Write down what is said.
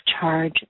charge